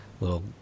little